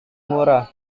murah